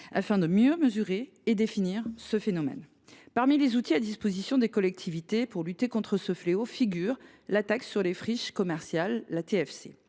afin de mieux mesurer et définir ce phénomène. Parmi les outils à disposition des collectivités pour lutter contre ce fléau figure la taxe sur les friches commerciales (TFC).